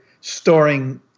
storing